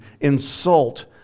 insult